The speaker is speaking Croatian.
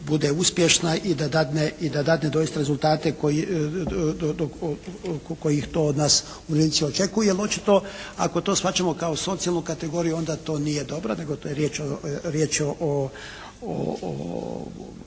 i da dadne i da dadne doista rezultate kojih to od nas umirovljenici očekuju. Ali očito ako to shvaćamo kao socijalnu kategoriju onda to nije dobro nego to je riječ o,